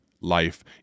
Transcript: life